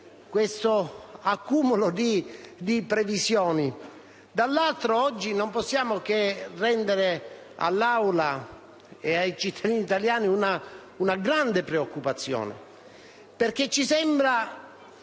dall'altro oggi non possiamo che rendere all'Assemblea e ai cittadini italiani una grande preoccupazione. Ci sembra